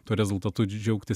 tuo rezultatu džiaugtis